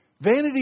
Vanity